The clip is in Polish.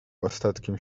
ostatkiem